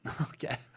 Okay